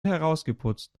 herausgeputzt